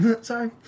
Sorry